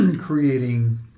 creating